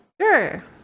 Sure